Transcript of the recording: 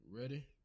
ready